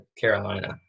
Carolina